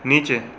नीचे